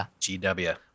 GW